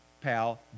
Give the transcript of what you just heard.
pal